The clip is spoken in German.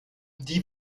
die